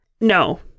No